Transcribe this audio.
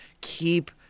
keep